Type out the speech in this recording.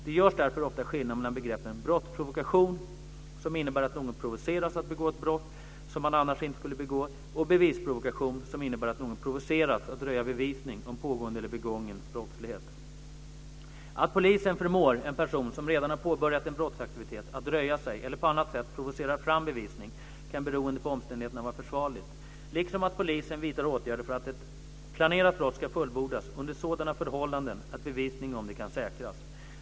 Det görs därför ofta skillnad mellan begreppet brottsprovokation, som innebär att någon provoceras att begå ett brott som han annars inte skulle begå, och bevisprovokation, som innebär att någon provoceras att röja bevisning om pågående eller begången brottslighet. Att polisen förmår en person som redan har påbörjat en brottsaktivitet att röja sig eller på annat sätt provocerar fram bevisning kan, beroende på omständigheterna, vara försvarligt, liksom att polisen vidtar åtgärder för att ett planerat brott ska fullbordas under sådana förhållanden att bevisning om det kan säkras.